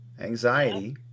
anxiety